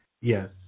Yes